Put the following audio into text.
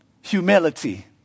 humility